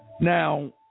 Now